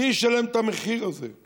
מי ישלם את המחיר על הזה?